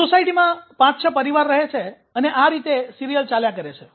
તે સોસાયટીમાં પાંચ છ પરિવાર રહે છે અને આ રીતે સિરિયલ ચાલ્યા કરે છે